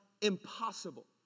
impossible